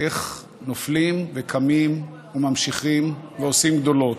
איך נופלים וקמים וממשיכים ועושים גדולות.